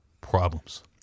Problems